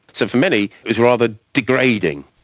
so for many it was rather degrading.